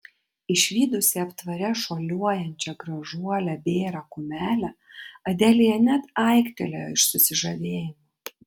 išvydusi aptvare šuoliuojančią gražuolę bėrą kumelę adelija net aiktelėjo iš susižavėjimo